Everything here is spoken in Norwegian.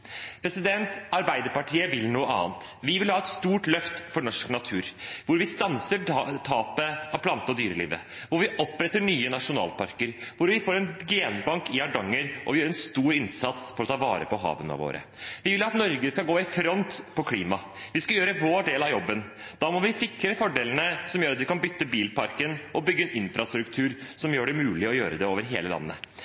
Arbeiderpartiet vil noe annet. Vi vil ha et stort løft for norsk natur, hvor vi stanser tapet av plante- og dyrelivet, hvor vi oppretter nye nasjonalparker, hvor vi får en genbank i Hardanger, og hvor vi gjør en stor innsats for å ta vare på havene våre. Vi vil at Norge skal gå i front for klimaet. Vi skal gjøre vår del av jobben. Da må vi sikre fordelene som gjør at vi kan bytte ut bilparken og bygge en infrastruktur som